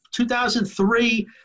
2003